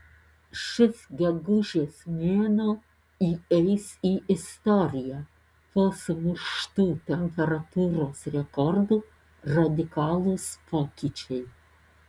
šis gegužės mėnuo įeis į istoriją po sumuštų temperatūros rekordų radikalūs pokyčiai